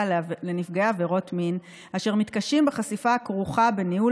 לנפגעי עבירות מין אשר מתקשים בחשיפה הכרוכה בניהול